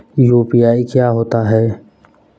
UPI क्या होता है?